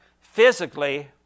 physically